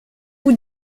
vous